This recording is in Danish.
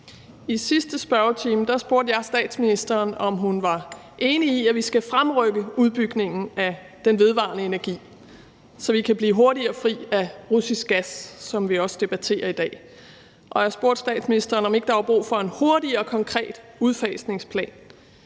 I sidste spørgetime spurgte jeg statsministeren, om hun var enig i, at vi skal fremrykke udbygningen af den vedvarende energi, så vi kan blive hurtigere fri af russisk gas, som vi også debatterer i dag. Og jeg spurgte statsministeren, om ikke der var brug for en hurtig og konkret udfasningsplan.